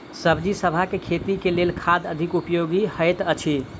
सब्जीसभ केँ खेती केँ लेल केँ खाद अधिक उपयोगी हएत अछि?